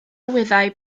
wyddai